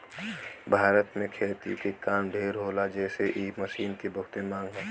भारत में खेती के काम ढेर होला जेसे इ मशीन के बहुते मांग हौ